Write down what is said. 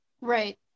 right